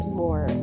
more